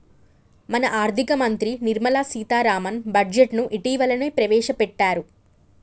మన ఆర్థిక మంత్రి నిర్మల సీతారామన్ బడ్జెట్ను ఇటీవలనే ప్రవేశపెట్టారు